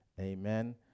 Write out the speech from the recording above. Amen